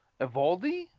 Evaldi